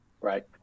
Right